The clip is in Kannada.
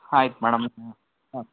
ಹಾಂ ಆಯ್ತು ಮೇಡಮ್ ಹಾಂ